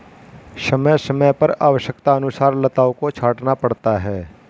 समय समय पर आवश्यकतानुसार लताओं को छांटना पड़ता है